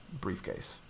briefcase